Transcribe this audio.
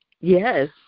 Yes